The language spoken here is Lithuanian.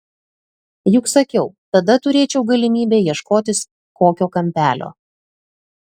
juk sakiau tada turėčiau galimybę ieškotis kokio kampelio